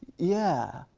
yeah,